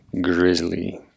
grizzly